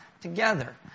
together